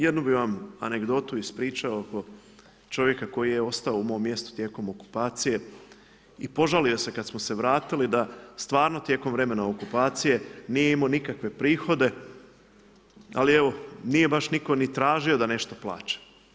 Jednu bih vam anegdotu ispričao oko čovjeka koji je ostao u mom mjestu tijekom okupacije i požalio se kad smo se vratili da stvarno tijekom vremena okupacije nije imao nikakve prihode, ali evo, nije baš nitko ni tražio da nešto plaća.